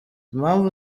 impunzi